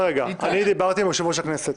דיברתי עם יושב-ראש הכנסת.